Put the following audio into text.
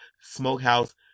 Smokehouse